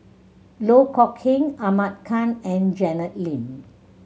Loh Kok Heng Ahmad Khan and Janet Lim